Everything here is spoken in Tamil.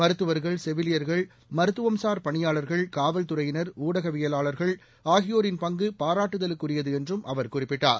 மருத்துவா்கள் செவிலியா்கள் மருத்துவம்சாா் பணியாளா்கள் காவல்துறையினா் ஊடகவியலாளா்கள் ஆகியோரின் பங்கு பாராட்டுதலுக்குரியது என்றும் அவர் குறிப்பிட்டார்